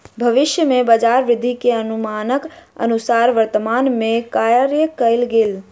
भविष्य में बजार वृद्धि के अनुमानक अनुसार वर्तमान में कार्य कएल गेल